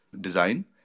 design